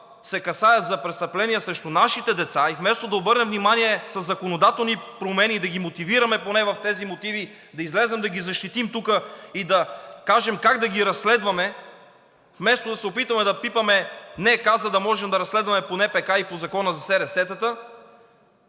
се касае за престъпления срещу нашите деца, и вместо да обърнем внимание със законодателни промени да ги мотивираме поне в тези мотиви, да излезем и да ги защитим тук и да кажем как да ги разследваме, вместо да се опитаме да пипаме НК, за да можем да разследваме по НПК и по Закона за СРС,